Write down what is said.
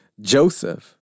Joseph